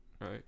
right